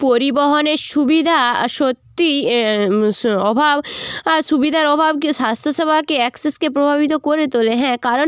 পরিবহণের সুবিধা সত্যিই স অভাব সুবিধার অভাবকে স্বাস্থ্যসেবাকে অ্যাক্সেসকে প্রভাবিত করে তোলে হ্যাঁ কারণ